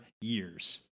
years